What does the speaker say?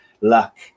luck